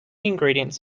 ingredients